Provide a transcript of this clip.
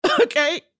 Okay